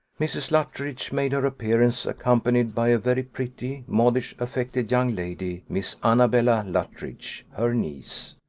mrs. luttridge made her appearance, accompanied by a very pretty, modish, affected young lady, miss annabella luttridge, her niece.